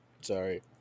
Sorry